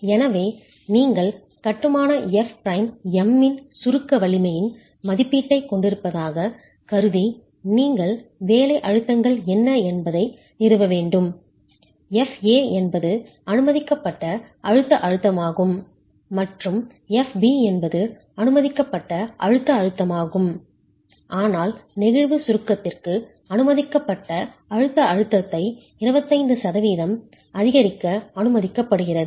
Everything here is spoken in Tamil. எனவே நீங்கள் கட்டுமான f பிரைம் m இன் சுருக்க வலிமையின் மதிப்பீட்டைக் கொண்டிருப்பதாகக் கருதி நீங்கள் வேலை அழுத்தங்கள் என்ன என்பதை நிறுவ வேண்டும் Fa என்பது அனுமதிக்கப்பட்ட அழுத்த அழுத்தமாகும் மற்றும் Fb என்பது அனுமதிக்கப்பட்ட அழுத்த அழுத்தமாகும் ஆனால் நெகிழ்வு சுருக்கத்திற்கு அனுமதிக்கப்பட்ட அழுத்த அழுத்தத்தை 25 சதவிகிதம் அதிகரிக்க அனுமதிக்கப்படுகிறது